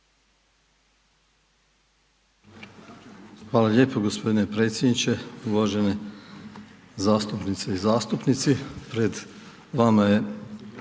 Hvala lijepo gospodine predsjedniče. Uvažene zastupnice i zastupnici. Pred vama je